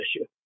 issue